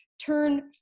turn